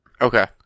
Okay